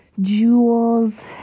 jewels